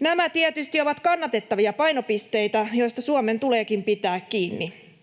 Nämä tietysti ovat kannatettavia painopisteitä, joista Suomen tuleekin pitää kiinni.